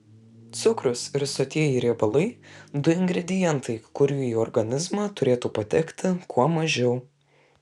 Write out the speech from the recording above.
cukrus ir sotieji riebalai du ingredientai kurių į organizmą turėtų patekti kuo mažiau